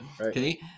okay